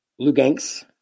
Lugansk